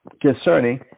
concerning